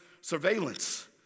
surveillance